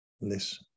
listen